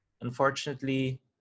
unfortunately